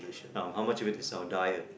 um how much of it is our diet